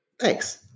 Thanks